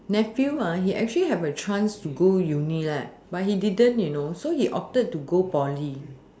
nephew he actually have a chance to go uni but he didn't you know so he opted to go poly